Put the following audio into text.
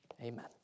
amen